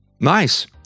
Nice